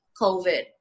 COVID